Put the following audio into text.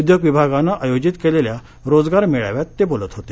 उद्योग विभागानं आयोजित केलेल्या रोजगार मेळाव्यात ते बोलत होते